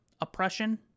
oppression